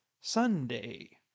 Sunday